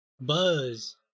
buzz